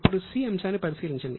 ఇప్పుడు 'c' అంశాన్ని పరిశీలించండి